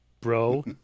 Bro